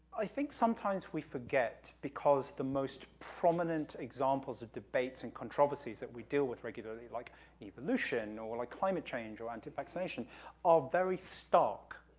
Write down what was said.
i think, sometimes, we forget, because the most prominent examples of debates and controversies that we deal with regularly, like evolution or like climate change or anti-vaccination are very stark,